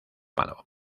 malo